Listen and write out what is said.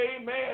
amen